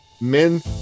men